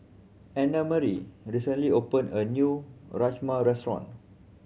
Annamarie recently opened a new Rajma Restaurant